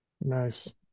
nice